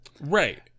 Right